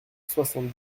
soixante